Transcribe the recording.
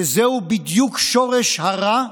וזהו בדיוק שורש הרע,